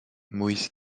moïse